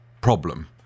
problem